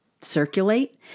circulate